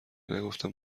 نگفتم